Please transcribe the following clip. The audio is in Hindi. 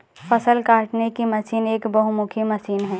फ़सल काटने की मशीन एक बहुमुखी मशीन है